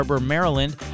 Maryland